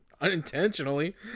unintentionally